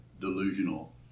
delusional